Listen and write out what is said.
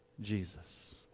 Jesus